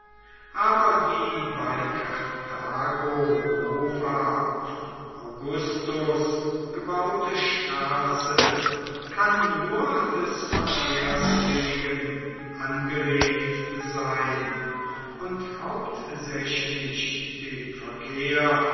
aber die bei karthago nova von augustur gebaute straße kann nur des verkehrs wegen angelegt sein und hauptsächlich dem verkehr